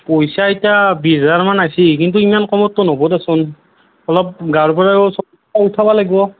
পইচা এতিয়া বিশ হাজাৰমান আহিছে কিন্তু ইমান কমততো নহ'ব দেচোন অলপ গাঁৱৰ পৰাও পইচা উঠাব লাগিব